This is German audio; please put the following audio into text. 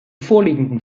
vorliegenden